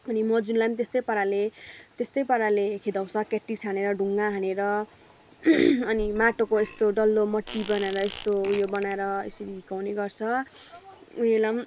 अनि मजुरलाई त्यस्तै पाराले त्यस्तै पाराले खेदाउँछ क्याटिस हानेर ढुङ्गा हानेर अनि माटोको यस्तो डल्लो मट्टी बनाएर यस्तो उयो बनाएर यसरी हिर्काउने गर्छ उयोलाई